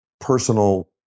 Personal